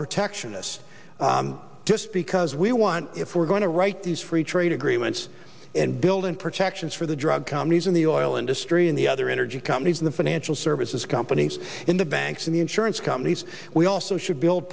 protectionist just because we want if we're going to write these free trade agreements and build in protections for the drug companies and the oil industry and the other energy companies in the financial services companies in the banks and the insurance companies we also should build